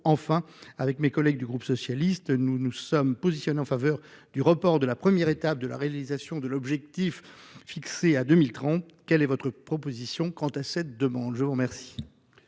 Enfin, avec mes collègues du groupe socialiste, nous nous sommes positionnés en faveur du report de la première étape de réalisation de l'objectif fixé à 2030. Quelle est votre position quant à cette demande ? La parole